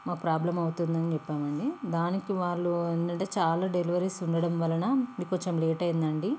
మాకు ప్రాబ్లం అవుతుందని చెప్పామండి దానికి వాళ్ళు ఏంటంటే చాలా డెలవరీస్ ఉండడం వలన మీకు కొంచం లేట్ అయ్యిందండీ